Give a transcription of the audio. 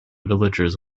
villagers